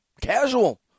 Casual